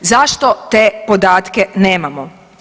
Zašto te podatke nemamo?